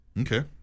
Okay